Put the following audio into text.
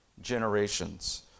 generations